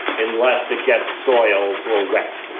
unless it gets soiled or wet.